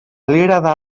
liderar